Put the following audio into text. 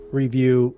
review